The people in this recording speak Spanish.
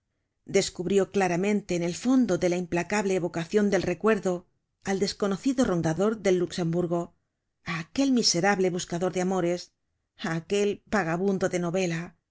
descubrió claramente en el fondo de la implacable evocacion del recuerdo al desconocido rondador del luxemburgo á aquel miserable buscador de amores á aquel vagabundo de novela